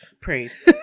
praise